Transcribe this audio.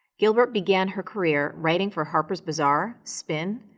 gilbert began her career writing for harper's bazaar, spin,